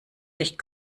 sich